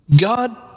God